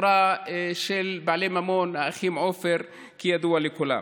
חברה של בעלי ממון, האחים עופר, כידוע לכולם.